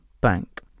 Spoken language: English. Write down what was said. bank